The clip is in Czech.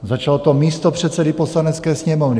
Začalo to místopředsedy Poslanecké sněmovny.